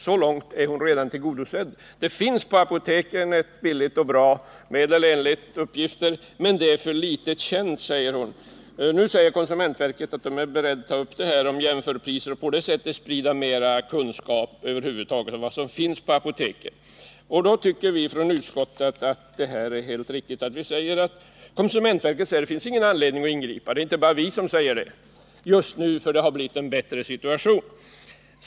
Så långt är hon redan tillgodosedd. Det finns på apoteken ett enligt uppgift billigt och bra skydd. Detta skydd är för litet känt, säger Inga Lantz. Men konsumentverket har alltså framhållit att man genom att innefatta dessa varor under reglerna beträffande jämförpriser kan sprida större kunskap om vad som över huvud taget finns på apoteket. Konsumentverket säger — det är alltså inte bara utskottet som gör det — att det inte finns någon anledning att ingripa just nu, eftersom det har blivit en bättre situation.